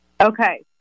Okay